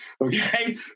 Okay